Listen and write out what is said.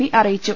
P അറിയിച്ചു